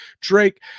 drake